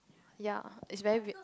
ya it's very weird